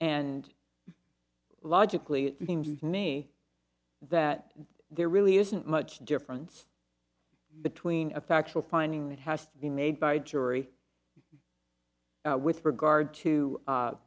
and logically seems to me that there really isn't much difference between a factual finding that has to be made by jury with regard to